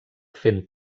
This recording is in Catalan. fent